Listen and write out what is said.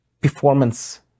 performance